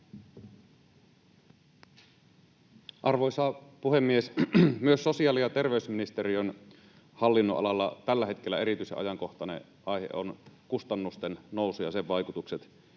Arvoisa puhemies! Myös sosiaali- ja terveysministeriön hallinnonalalla tällä hetkellä erityisen ajankohtainen aihe on kustannusten nousu ja sen vaikutukset